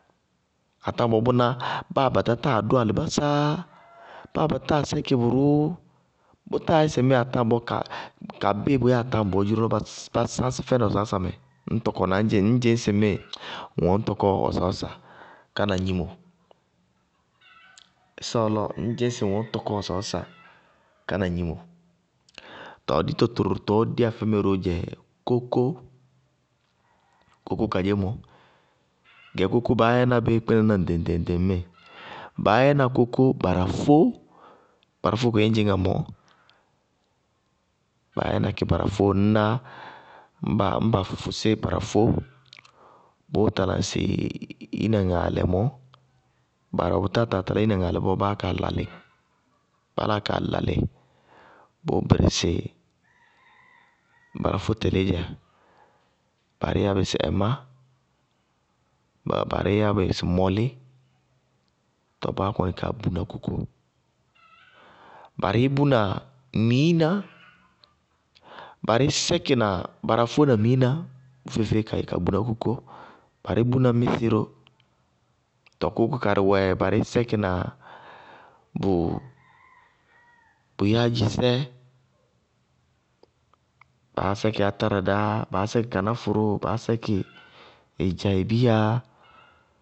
Atáŋbɔɔ bʋná, báa ba tátáa dʋ alɩbásaá, báa ba tátáa sɛkɩ bʋrʋʋ, bʋtáa yɛ sɩ ŋmíɩ, atáŋbɔɔ ka bíɩ lɔ bʋyɛ atáŋbɔɔ bá sáñsí fɛnɩ wasawása mɛ, ñ tɔkɔ na ñ dzɩŋ ŋñ dzɩñ sɩ ŋmíɩ ŋwɛ ŋñ tɔkɔ wasawása, kána gnimo, ɩsɔɔ lɔ, ŋñ dzɩñ sɩ ŋ wɛ ŋñ tɔtɔ wasawása kána gnimo. Tɔɔ dito tʋrʋ tɔɔ déyá fɛmɛ róó dzɛ kókó, kókó kadzémɔ. Tɔɔ kókó, baá yɛna bí kpínaná ŋɖɩŋ- ŋɖɩŋ ŋmíɩ, baá yɛná ki barafó, barafó koyeé ñ dzɩŋná mɔɔ, ñŋ ba fʋsí barafó, bʋʋ tala ŋsɩ ina ŋaalɛ mɔɔ, barɩ wɛ bʋ táa taa talá ina ŋaalɛ, bɔɔ báá kaa lalɩ, bá láa laa lalɩ, bʋʋ bɩrɩsɩ barafó tɛlɩídzɛ. Barɩí uábɩ sɩ ɛmá, barɩí yábɩ sɩ mɔlí, tɔɔ báá kɔnɩ kaa bʋná kókó. Barɩí buná mɩiná, barɩí sɛkɩ barafó na mɩiná, bʋ feé-feé ka gboló ka buná kókó. Barɩí bʋna mísɩ ró. Tɔɔ kókó karɩ wɛ barɩí sɛkɩna bʋ yáászɩsɛ, baá sɛkɩ átárada, baá sɛkɩ kanáfʋrʋ, baá sɛkɩ ɩdzaɩ biya.